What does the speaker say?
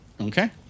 Okay